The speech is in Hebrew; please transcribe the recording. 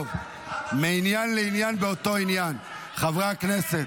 טוב, מעניין לעניין באותו עניין, חברי הכנסת,